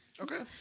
Okay